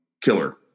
Killer